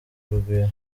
urugwiro